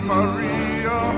Maria